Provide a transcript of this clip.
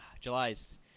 July's